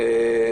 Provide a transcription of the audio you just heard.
החיוביים.